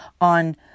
on